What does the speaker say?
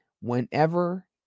whenever